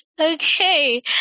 Okay